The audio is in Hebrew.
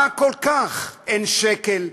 מה כל כך, אין שקל,